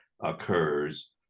occurs